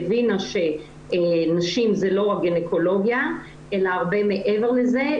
הבינה שנשים זה לא רק גינקולוגיה אלא הרבה מעבר לזה,